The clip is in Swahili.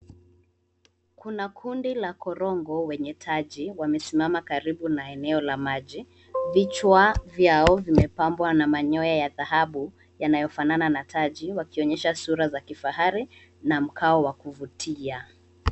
Kuna kundi la korongo wenye taji, wamesimama karibu na eneo la maji. Vichwa vyao vimepambwa na manyoya ya dhahabu yanayofanana na taji wakionyesha sura za kifahari na mkao wa kuvutia.